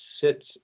sits